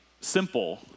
simple